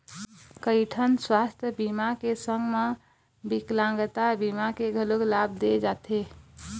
कइठन सुवास्थ बीमा के संग म बिकलांगता बीमा के घलोक लाभ दे जाथे